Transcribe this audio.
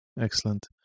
Excellent